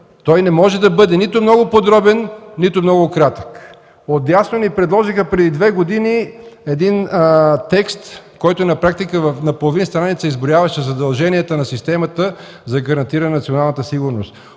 Той не може да бъде нито много подробен, нито много кратък. Отдясно преди две години ни предложиха един текст, който на половин страница изброяваше задълженията на системата за гарантиране на националната сигурност.